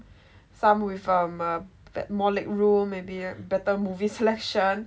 some with um err more leg room maybe a better movie selection